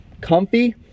comfy